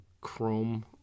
chrome